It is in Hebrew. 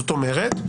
זאת אומרת,